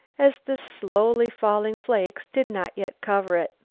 as the slowly falling flakes did not yet cover it.